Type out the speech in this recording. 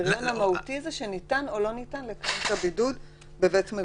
הקריטריון המהותי הוא אם ניתן לקיים את הבידוד בבית מגוריו.